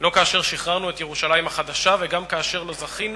לא כאשר שחררנו את ירושלים החדשה וגם כאשר לא זכינו